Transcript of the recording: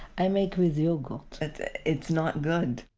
i make with yogurt. but it's not good!